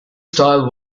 style